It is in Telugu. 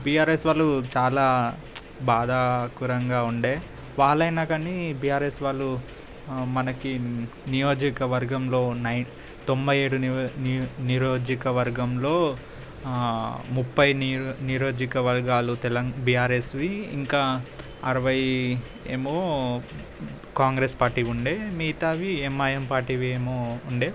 బిఆరెస్ వాళ్ళు చాలా బాధా కరంగా ఉండే వాళ్ళయినా కానీ బీఆరెస్ వాళ్ళు మనకి నియోజికవర్గంలో నై తొంభై ఏడు నిరో ని నియోజికవర్గంలో ముప్పై నియోజికవర్గాలు తెలం బీఆరెస్వీ ఇంకా అరవై ఏమో కాంగ్రెస్ పార్టీ ఉండే మిగతావి ఎంఐఎం పార్టీవి ఏమో ఉండే